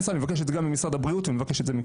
ישראל ומבקש זאת גם ממשרד הבריאות ומכולם.